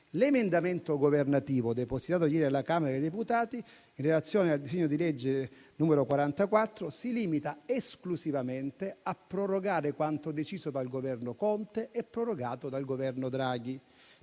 L'emendamento governativo depositato ieri alla Camera dei deputati in relazione al disegno di legge n. 44 si limita esclusivamente a prorogare quanto deciso dal Governo Conte e prorogato dal Governo Draghi.